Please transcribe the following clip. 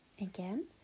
Again